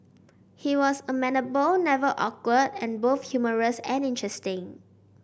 he was amenable never awkward and both humorous and interesting